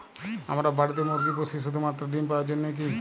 আমরা বাড়িতে মুরগি পুষি শুধু মাত্র ডিম পাওয়ার জন্যই কী?